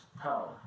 power